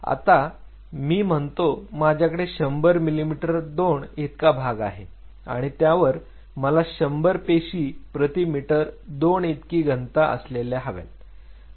आता मी म्हणतो माझ्याकडे 100 मिलिमीटर 2 इतका भाग आहे आणि त्यावर मला 100 पेशी प्रति मीटर2 इतकी घनता असलेल्या हव्यात